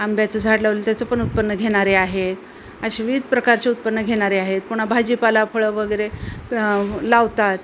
आंब्याचं झाड लावलं त्याचं पण उत्पन्न घेणारे आहेत असे विविध प्रकारचे उत्पन्न घेणारे आहेत पुन्हा भाजीपाला फळं वगैरे लावतात